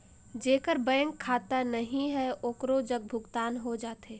जेकर बैंक खाता नहीं है ओकरो जग भुगतान हो जाथे?